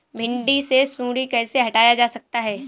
भिंडी से सुंडी कैसे हटाया जा सकता है?